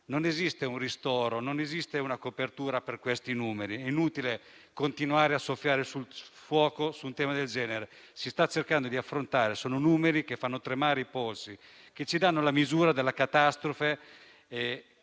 Non esiste un ristoro, non esiste una copertura per questi numeri. È inutile continuare a soffiare sul fuoco su un tema del genere. Si sta cercando di affrontarlo. Sono numeri che fanno tremare i polsi e ci danno la misura della catastrofe